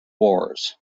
wars